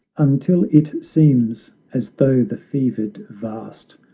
until it seems as though the fevered vast,